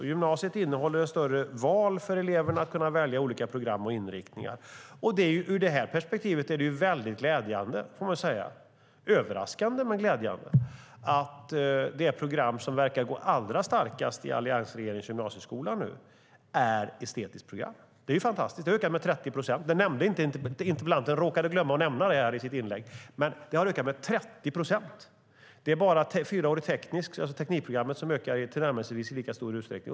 På gymnasiet finns det större möjlighet för eleverna att välja olika program och inriktningar. I det här perspektivet är det glädjande - och också överraskande - att det program som nu verkar gå allra starkast i alliansregeringens gymnasieskola är estetiskt program. Det är fantastiskt. Det har ökat med 30 procent. Interpellanten råkade glömma att nämna det i sitt inlägg, men det har alltså ökat med 30 procent. Det är bara fyraårig teknisk linje, alltså teknikprogrammet, som ökar i tillnärmelsevis lika stor utsträckning.